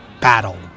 Battle